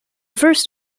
first